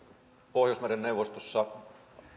pohjoismaiden neuvostossa